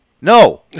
No